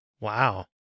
Wow